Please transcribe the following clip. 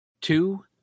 Two